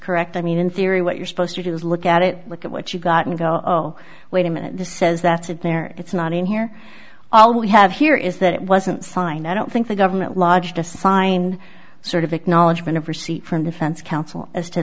correct i mean in theory what you're supposed to do is look at it look at what you got and go oh wait a minute the says that's it there it's not in here all we have here is that it wasn't signed i don't think the government lodged a signed sort of acknowledgement of receipt from defense counsel as to